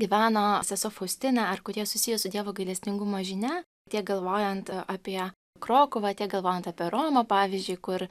gyveno sesuo faustina ar kurie susiję su dievo gailestingumo žinia tiek galvojant apie krokuvą tiek galvojant apie romą pavyzdžiui kur